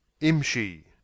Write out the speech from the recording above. Imshi